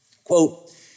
Quote